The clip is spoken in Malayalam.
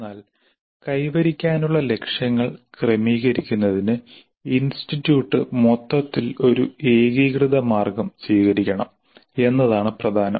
എന്നാൽ കൈവരിക്കാനുള്ള ലക്ഷ്യങ്ങൾ ക്രമീകരിക്കുന്നതിന് ഇൻസ്റ്റിറ്റ്യൂട്ട് മൊത്തത്തിൽ ഒരു ഏകീകൃത മാർഗം സ്വീകരിക്കണം എന്നതാണ് പ്രധാനം